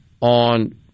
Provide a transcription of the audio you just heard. on